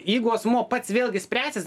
jeigu asmuo pats vėlgi spręsis